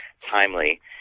timely